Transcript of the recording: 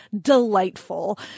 delightful